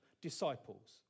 disciples